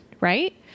right